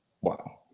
Wow